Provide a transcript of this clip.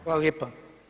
Hvala lijepa.